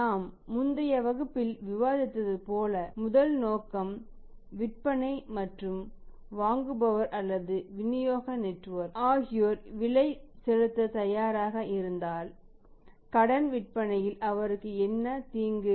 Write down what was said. நாம் முந்தைய வகுப்பில் விவாதித்தது போல முதல் நோக்கம் விற்பனை மற்றும் வாங்குபவர் அல்லது விநியோக நெட்வொர்க் ஆகியோர் அதிகரித்த விலையை செலுத்த தயாராக இருந்தால் கடன் விற்பனையில் அவருக்கு என்ன தீங்கு